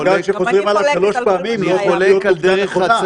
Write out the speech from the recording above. גם מעגל שחוזרים עליו שלוש פעמים לא הופך לנכון.